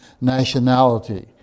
nationality